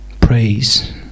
praise